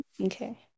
Okay